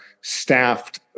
staffed